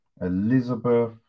Elizabeth